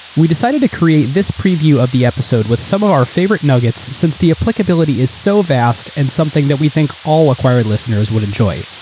we decided to create this preview of the episode with some of our favorite nuggets since the applicability is so vast and something that we think all acquired listeners would enjoy.